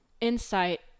insight